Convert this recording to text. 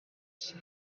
she